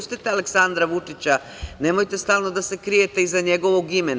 Pustite Aleksandra Vučića, nemojte stalno da se krijete iza njegovog imena.